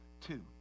Two